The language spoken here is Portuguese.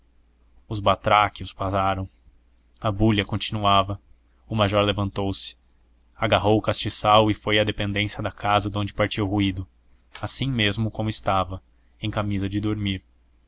os batráquios pararam a bulha continuava o major levantou-se agarrou o castiçal e foi à dependência da casa donde partia o ruído assim mesmo como estava em camisa de dormir